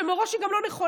שמראש היא גם לא נכונה?